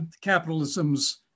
capitalism's